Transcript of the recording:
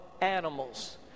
animals